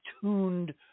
tuned